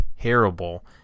terrible